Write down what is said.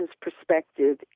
perspective